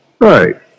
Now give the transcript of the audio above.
right